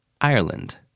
Ireland